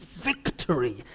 victory